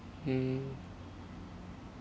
mm